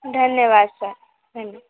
धन्यवाद सर धन्यवाद